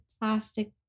plastic